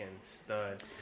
stud